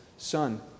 Son